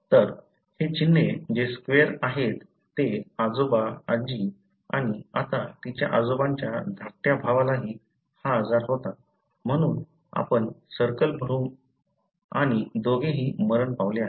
तर हे चिन्ह जे स्क्वेर आहे ते आजोबा आजी आणि आता तिच्या आजोबांच्या धाकट्या भावालाही हा आजार होता म्हणून आपण सर्कल भरू आणि दोघेही मरण पावले आहेत